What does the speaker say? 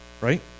right